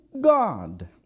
God